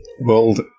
world